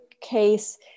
case